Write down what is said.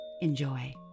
Enjoy